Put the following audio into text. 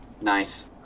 Nice